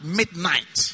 midnight